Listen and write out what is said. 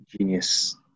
genius